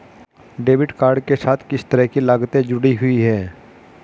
Debit card के साथ किस तरह की लागतें जुड़ी हुई हैं?